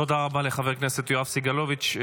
תודה רבה לחבר הכנסת יואב סגלוביץ'.